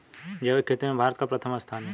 जैविक खेती में भारत का प्रथम स्थान है